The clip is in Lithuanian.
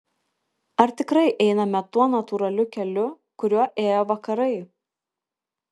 ar tikrai einame tuo natūraliu keliu kuriuo ėjo vakarai